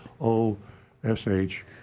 O-S-H